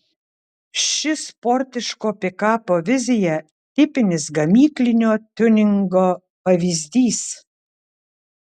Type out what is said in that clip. ši sportiško pikapo vizija tipinis gamyklinio tiuningo pavyzdys